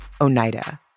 Oneida